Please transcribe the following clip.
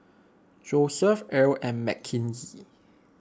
Joeseph Earl and Mckenzie